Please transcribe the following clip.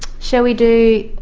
shall we do